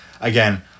again